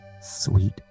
sweet